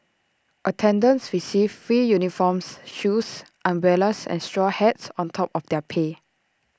attendants received free uniforms shoes umbrellas and straw hats on top of their pay